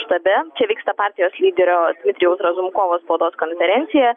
štabe čia vyksta partijos lyderio dmitrijaus razunkovo spaudos konferencija